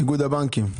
איגוד הבנקים,